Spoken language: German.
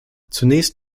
zunächst